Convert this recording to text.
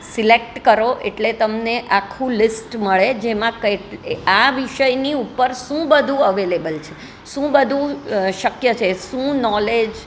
select કરો એટલે તમને આખું લિસ્ટ મળે જેમાં કૈં આ વિષયની ઉપર શું બધું અવેલેબલ છે શું બધું શક્ય છે શું નોલેજ